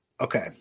Okay